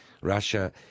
Russia